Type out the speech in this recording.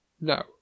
No